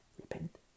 repent